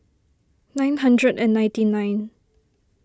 nine hundred and ninety nine